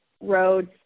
roads